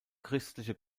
christliche